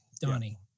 Donnie